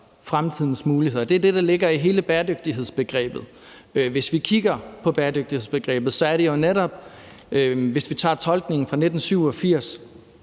fremtidens muligheder. Det er det, der ligger i hele bæredygtighedsbegrebet. Hvis vi kigger på bæredygtighedsbegrebet, er det jo netop, hvis vi tager tolkningen fra 1987,